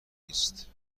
نیست